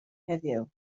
heddiw